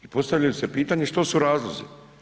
I postavljaju se pitanja što su razlozi?